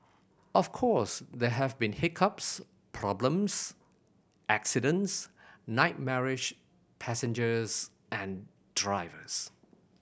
of course there have been hiccups problems accidents nightmarish passengers and drivers